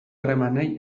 harremanei